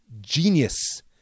genius